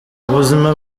ubuzima